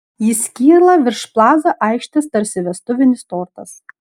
jis kyla virš plaza aikštės tarsi vestuvinis tortas